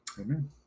Amen